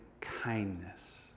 kindness